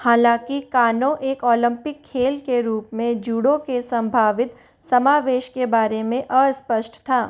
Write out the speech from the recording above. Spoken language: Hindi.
हालाँकि कानो एक ओलंपिक खेल के रूप में जूडो के संभावित समावेश के बारे में अस्पष्ट था